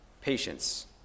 patience